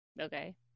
Okay